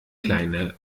kleine